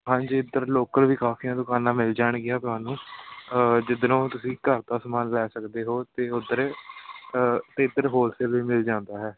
ਹਾਂਜੀ ਇੱਧਰ ਲੋਕਲ ਵੀ ਕਾਫੀਆਂ ਦੁਕਾਨਾਂ ਮਿਲ ਜਾਣਗੀਆਂ ਤੁਹਾਨੂੰ ਜਿੱਧਰੋਂ ਤੁਸੀਂ ਘਰ ਦਾ ਸਮਾਨ ਲੈ ਸਕਦੇ ਹੋ ਅਤੇ ਉੱਧਰ ਅਤੇ ਇੱਧਰ ਹੋਲਸੇਲ ਵੀ ਮਿਲ ਜਾਂਦਾ ਹੈ